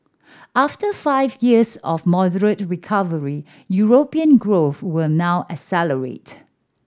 after five years of moderate recovery European growth were now accelerated